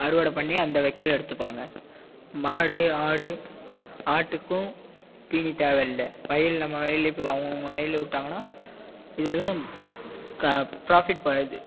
அறுவடை பண்ணி அந்த வைக்கல எடுத்துப்பாங்க மாடு ஆடு ஆட்டுக்கும் தீனி தேவை இல்லை வயல் நம்ம வயல்ல அவங்கவுங்க வயலில் விட்டாங்கன்னா இதெல்லாம் ப்ராஃபிட் வருது